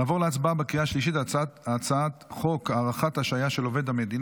נעבור להצבעה בקריאה השלישית על הצעת חוק הארכת השעיה של עובד המדינה